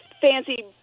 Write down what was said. fancy